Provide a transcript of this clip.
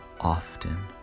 often